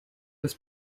was